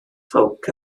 ffowc